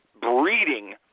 breeding